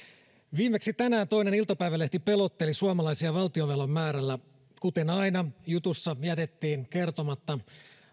viimeksi tänään toinen iltapäivälehti pelotteli suomalaisia valtionvelan määrällä kuten aina jutussa jätettiin kertomatta